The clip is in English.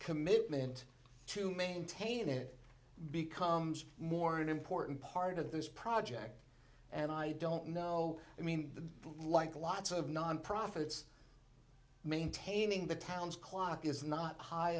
commitment to maintain it becomes more an important part of this project and i don't know i mean like lots of non profits maintaining the town's clock is not high